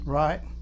right